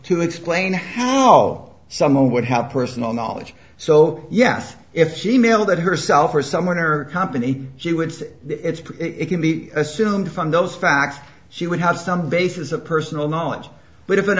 to explain hello someone would have personal knowledge so yes if she mailed it herself or someone or company she would say it's pretty it can be assumed from those facts she would have some basis of personal knowledge but if an